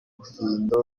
bufindo